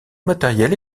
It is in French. matériel